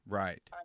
right